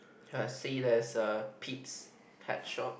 I see there's a Pete's pet shop